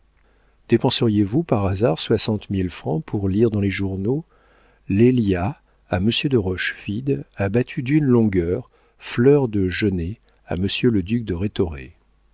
indigne dépenseriez vous par hasard soixante mille francs pour lire dans les journaux lélia à monsieur de rochefide a battu d'une longueur fleur de genêt à monsieur le duc de rhétoré